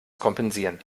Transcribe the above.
kompensieren